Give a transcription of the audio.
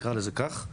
נקרא לזה כך.